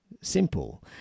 simple